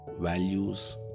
values